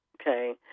okay